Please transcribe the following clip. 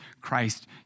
Christ